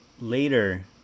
later